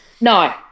No